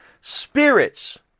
spirits